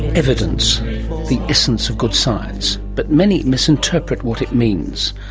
evidence the essence of good science. but many misinterpret what it means.